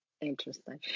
interesting